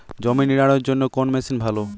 জমি নিড়ানোর জন্য কোন মেশিন ভালো?